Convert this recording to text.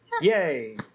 Yay